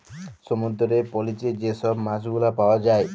সমুদ্দুরের পলিতে যে ছব মাছগুলা পাউয়া যায়